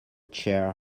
chair